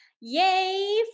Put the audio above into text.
yay